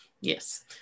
Yes